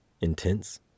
Intense